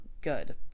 good